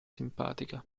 simpatica